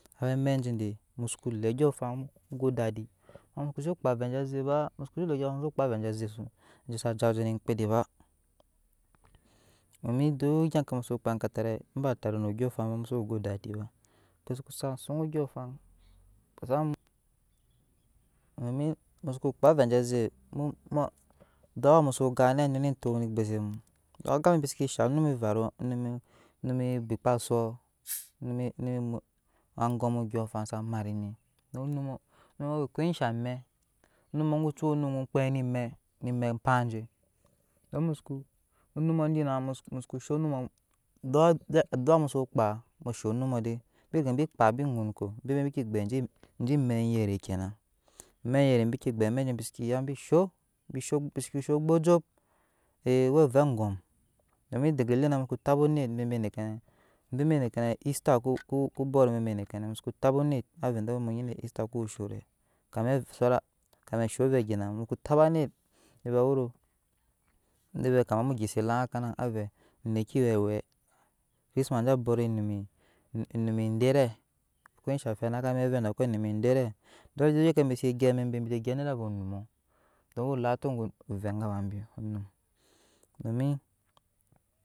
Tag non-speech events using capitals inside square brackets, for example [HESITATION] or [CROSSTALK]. Amɛk je amvɛi vɛi mu soko lee ondyɔɔfan mu mu go edandi mma muko se kpaa avɛɛ je ze ba musoko nyi vɛɛ de musu kpaa avɛɛ ne amɔkpeede ba domin duk egya mu so kpaa ekatarai iba tare no ondyɔon fan ba musu go edadi ba kpe suku sat suŋ andyɔɔnfan domin musu kpaa avɛɛ je ze duk awamu sa gan anet waa nuna entɔ eme eggbuse mu aga jebi seke shan onum varoɔ numme numme bikpasuɔ numme angon andyɔɔyfan san enet onumɔ onumɔ we ko shamɛk onumsoɔ kuci we onum ke kpei ne me nemee pahje inmusuku inmusuku shonummɔduk aduwa musu kpa sho num mɔ de bi rige bi kpaa kko bike gbep enje emɛ dɛɛve kena amɛk dɛɛve biseke yabe show bi show gbujju [HESITATION] uwe ovɛɛ angom domin dege leenɛ muko ta ba onet deke nɛ tɔ bebenɛ osta kobot bebe dekenɛ musuku tapbo anet wa vɛɛ de ke munyi vɛɛ isita ku shonɛ [HESITATION] kani sho ovɛɛ egyi naamu musuku taba anot veɛ de we ro de vɛɛ mu gyeselan haka nan avɛɛ veɛ nekeowɛ chidtmas nyi bot enum dere kosha mɛk naka ze vɛɛ enum dere dukk gyepeet bisi gyep bi gyep nado omu gya ko we lati ovvɛɛ domin.